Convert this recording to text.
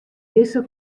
dizze